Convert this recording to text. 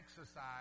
exercise